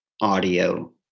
audio